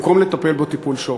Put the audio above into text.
במקום לטפל בו טיפול שורש.